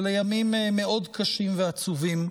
אלה ימים מאוד קשים ועצובים.